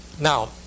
Now